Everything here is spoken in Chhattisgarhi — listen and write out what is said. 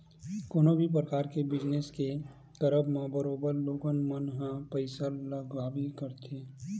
कोनो भी परकार के बिजनस के करब म बरोबर लोगन मन ल पइसा लगबे करथे